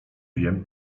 wiem